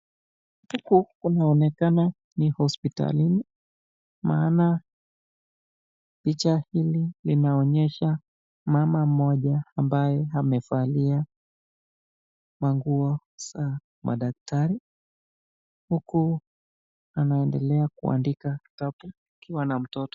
Huku kunaonekana ni hospitalini maana picha hili limeonyesha mama mmoja ambaye amevalia manguo za madaktari huku anaendelea kuandika kitabu akiwa na mtoto.